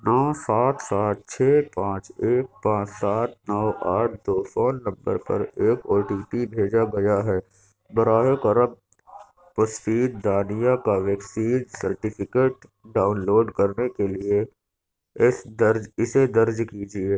نو سات سات چھ پانچ ایک پانچ سات نو آٹھ دو سو نوے پر ایک او ٹی پی بھیجا گیا ہے براہ کرم مسفید دانیہ کا ویکسین سرٹیفکیٹ ڈاؤنلوڈ کرنے کے لیے ایس درج اسے درج کیجیے